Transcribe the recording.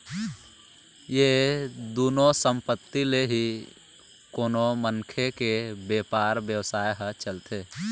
ये दुनो संपत्ति ले ही कोनो मनखे के बेपार बेवसाय ह चलथे